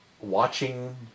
watching